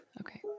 Okay